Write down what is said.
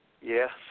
Yes